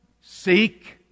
seek